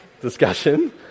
discussion